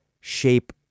shape